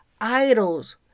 idols